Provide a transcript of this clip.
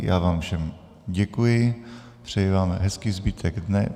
Já vám všem děkuji, přeji vám hezký zbytek dne.